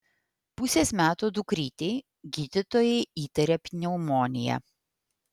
pusės metų dukrytei gydytoja įtaria pneumoniją